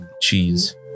cheese